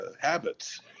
habits